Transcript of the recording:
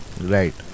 Right